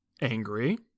angry